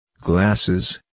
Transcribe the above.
glasses